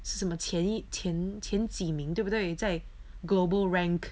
是什么前一前前几名对不对在 global rank